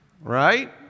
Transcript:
right